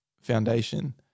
foundation